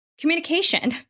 communication